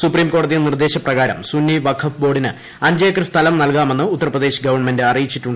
സുപ്രീംകോടതി നിർദ്ദേശപ്രകാരം സുന്നി വഖഫ് ബോർഡിന് അഞ്ചേക്കർ നൽകാമെന്ന് ഉത്തർപ്രദേശ് ഗവൺമെന്റ് അറിയിച്ചിട്ടു